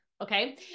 okay